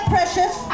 Precious